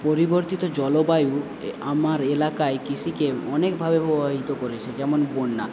পরিবর্তিত জলবায়ু আমার এলাকায় কৃষিকে অনেকভাবে প্রভাবিত করেছে যেমন বন্যা